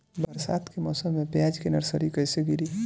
बरसात के मौसम में प्याज के नर्सरी कैसे गिरी?